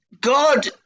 God